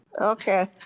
Okay